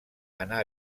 anà